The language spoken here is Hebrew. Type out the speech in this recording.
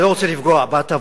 אני לא רוצה לפגוע בהטבות